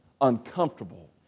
uncomfortable